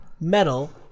Metal